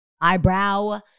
eyebrow